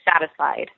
satisfied